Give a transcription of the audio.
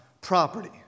property